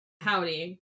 howdy